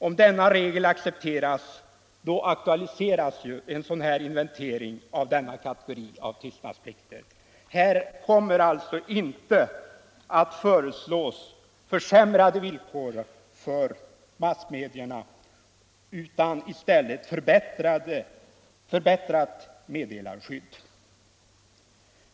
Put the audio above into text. Om denna regel accepteras aktualiseras ju en sådan här inventering av denna kategori av tystnadsplikter. Här kommer alltså inte att föreslås försämrade villkor för massmedierna utan i stället ett förbättrat meddelarskydd.